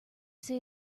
say